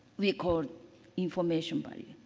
we call information but